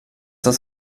das